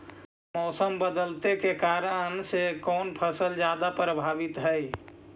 मोसम बदलते के कारन से कोन फसल ज्यादा प्रभाबीत हय?